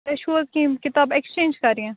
تۄہہِ چھوحظ کِیٚنہہ کِتابہٕ ایکٕسچینٛج کَرنہِ